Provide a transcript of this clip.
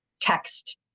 text